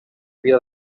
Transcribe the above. vida